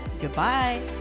Goodbye